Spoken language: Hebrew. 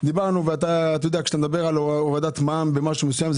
כשאתה מדבר על הורדת מע"מ במשהו מסוים,